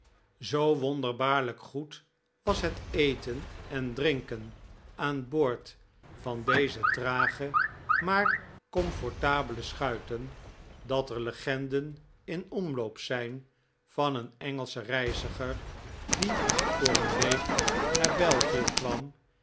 zoo wonderbaarlijk goed was het eten en drinken aan boord van deze trage maar comfortabele schuiten dat er legenden in omloop zijn van een engelschen reiziger die voor een week naar belgie kwam